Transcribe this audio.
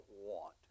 want